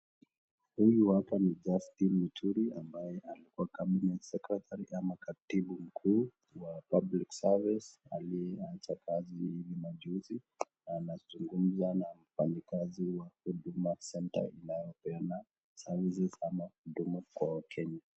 Huyu hapa ni Justin Muturi ambaye alikwa cabinet secretary ama katibu mkuu wa public service aliye acha kazi hivi majuzi na anazungumza na mfanyikazi wa huduma centre inayo peana services ama huduma kwa wakenya.